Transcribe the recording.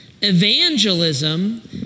Evangelism